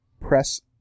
press